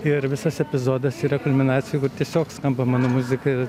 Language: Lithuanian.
ir visas epizodas yra kulminacija tiesiog skamba mano muzika